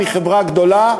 העבודה, מחברה גדולה,